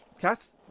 Kath